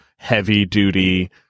heavy-duty